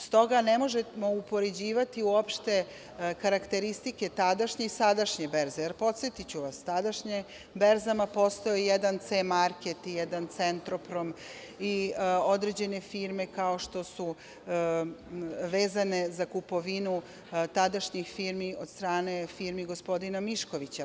Stoga, ne možemo upoređivati uopšte karakteristike tadašnje i sadašnje berze, jer podsetiću vas, na tadašnjim berzama postojao je jedan „C-market“, jedan „Centroprom“, i određene firme vezane za kupovinu tadašnjih firmi od strane firmi gospodina Miškovića.